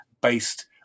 based